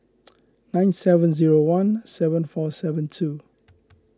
nine seven zero one seven four seven two